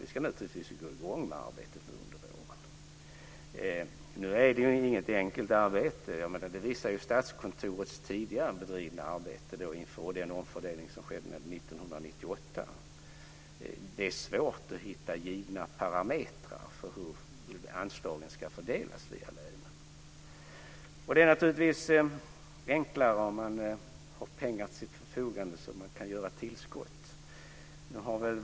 Vi ska naturligtvis börja med arbetet under våren. Det är inget enkelt arbete. Det visar det arbete som Statskontoret har bedrivit tidigare inför den omfördelning som skedde 1998. Det är svårt att hitta givna parametrar för hur anslagen ska fördelas via länen. Det är enklare om man har pengar till sitt förfogande, så att man kan ge tillskott.